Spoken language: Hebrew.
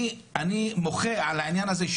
אני מוחה על העניין הזה,